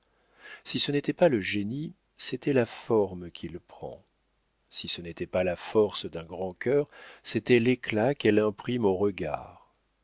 si ce n'était pas le génie c'était la forme qu'il prend si ce n'était pas la force d'un grand cœur c'était l'éclat qu'elle imprime au regard